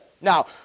Now